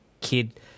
kid